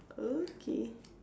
okay